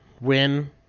win